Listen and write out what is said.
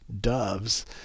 doves